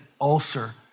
ulcer